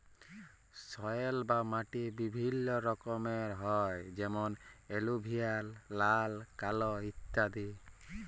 soil বা মাটি বিভিল্য রকমের হ্যয় যেমন এলুভিয়াল, লাল, কাল ইত্যাদি